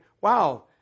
wow